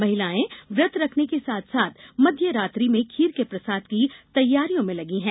महिलायें व्रत रखने के साथ साथ मध्य रात्रि में खीर के प्रसाद की तैयारियों में लगी हैं